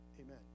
amen